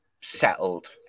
settled